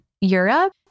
Europe